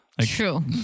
True